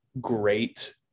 great